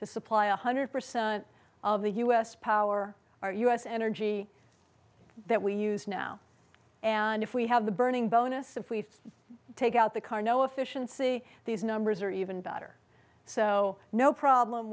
to supply one hundred percent of the u s power our u s energy that we use now and if we have the burning bonus if we take out the car no efficiency these numbers are even better so no problem